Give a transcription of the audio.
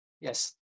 Yes